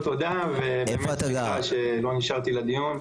ובאמת סליחה שלא נשארתי לדיון.